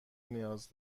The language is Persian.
نیاز